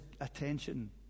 attention